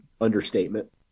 understatement